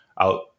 out